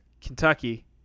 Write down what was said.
Kentucky